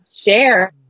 share